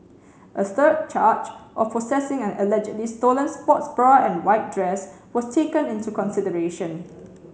a third charge of possessing an allegedly stolen sports bra and white dress was taken into consideration